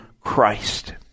Christ